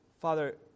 Father